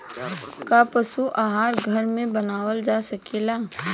का पशु आहार घर में बनावल जा सकेला?